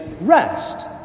rest